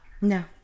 no